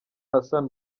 hassan